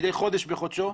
מדי חודש בחודשו.